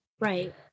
Right